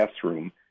classroom